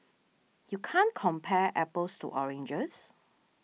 you can't compare apples to oranges